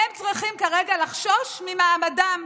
הם צריכים כרגע לחשוש למעמדם.